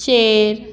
चेर